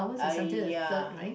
I ya